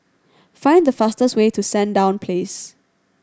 find the fastest way to Sandown Place